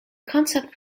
concept